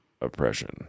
oppression